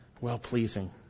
Well-pleasing